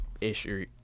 issue